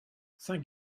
saint